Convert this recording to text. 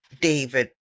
David